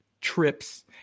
Trips